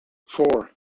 for